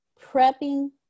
prepping